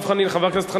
חבר הכנסת חנין,